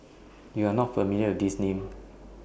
YOU Are not familiar with These Names